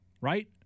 right